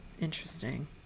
interesting